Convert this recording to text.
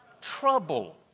trouble